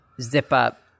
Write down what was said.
zip-up